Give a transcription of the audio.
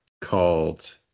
called